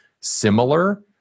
similar